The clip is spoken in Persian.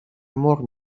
مرغ